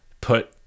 put